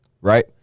Right